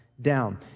down